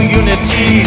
unity